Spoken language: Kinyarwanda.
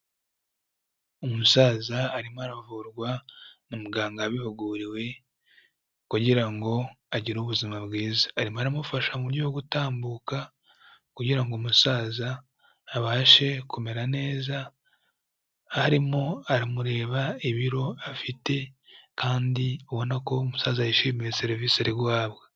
Umusaza arimo aravurwa na muganga wabihuguriwe kugira ngo agire ubuzima bwiza. Arimo aramufasha mu buryo bwo gutambuka kugira ngo umusaza abashe kumera neza, arimo aramureba ibiro afite kandi ubona ko umusaza yishimiye serivisi ari guhabwa.